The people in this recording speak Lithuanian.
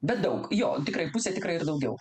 bet daug jo tikrai pusė tikrai ir daugiau